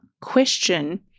question